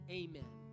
amen